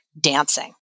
dancing